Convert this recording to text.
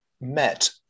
met